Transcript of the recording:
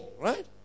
right